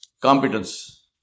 competence